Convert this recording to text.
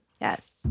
Yes